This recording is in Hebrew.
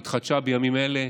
שהתחדשה בימים אלה: